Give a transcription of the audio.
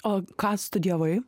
o ką studijavai